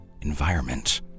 environment